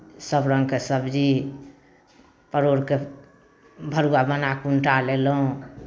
सभ रङ्गके सब्जी परोड़के भरुआ बना कऽ उनटा लेलहुँ